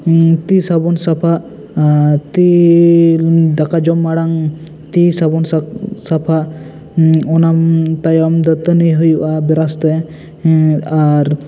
ᱛᱤ ᱥᱟᱹᱵᱩᱱ ᱥᱟᱯᱷᱟᱜ ᱛᱤᱻ ᱫᱟᱠᱟ ᱡᱚᱢ ᱢᱟᱬᱟᱝ ᱛᱤ ᱥᱟᱹᱵᱩᱱ ᱥᱟᱯᱷᱟᱜ ᱚᱱᱟ ᱛᱟᱭᱚᱢ ᱫᱟᱹᱛᱟᱹᱱᱤ ᱦᱩᱭᱩᱜᱼᱟ ᱵᱨᱟᱥ ᱛᱮ ᱦᱮᱸ ᱟᱨ